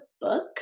book